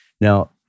now